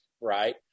right